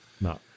no